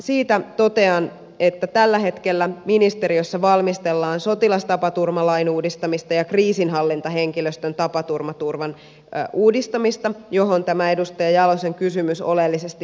siitä totean että tällä hetkellä ministeriössä valmistellaan sotilastapaturmalain uudistamista ja kriisinhallintahenkilöstön tapaturmaturvan uudistamista johon tämä edustaja jalosen kysymys oleellisesti liittyi